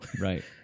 Right